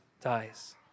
dies